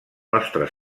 nostre